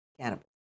cannabis